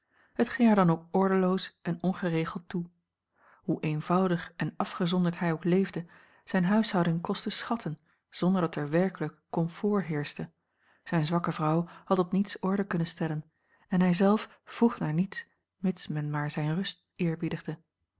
het ging er dan ook ordeloos en ongeregeld toe hoe eenvoudig en afgezonderd hij ook leefde zijne huishouding kostte schatten zonder dat er werkelijk comfort heerschte zijne zwakke vrouw had op niets orde kunnen stellen en hij zelf vroeg naar niets mits men maar zijne rust